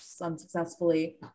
unsuccessfully